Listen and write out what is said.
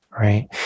right